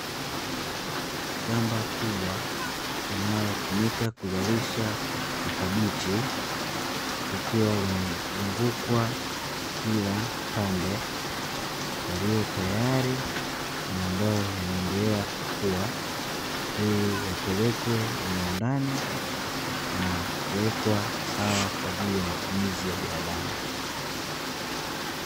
Shamba kubwa ro hutumika kuzalisha makabichi wa limezungukwa kila ri ambayo yanaendelea kukua ili yapelekwe viwanda, na kuwekwa sawa kwa ajili ya matumizi ya binadamu.